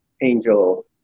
angel